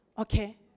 okay